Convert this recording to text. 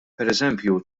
pereżempju